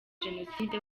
genocide